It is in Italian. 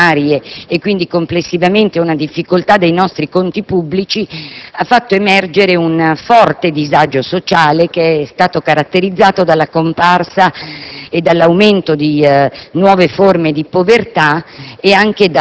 l'aumento della spesa corrente, la diminuzione delle entrate primarie e, quindi, complessivamente, una difficoltà dei nostri conti pubblici ha fatto emergere un forte disagio sociale, caratterizzato dalla comparsa